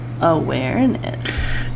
Awareness